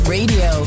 Radio